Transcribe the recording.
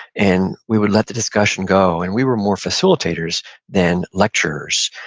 and we would let the discussion go. and we were more facilitators than lecturers.